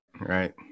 Right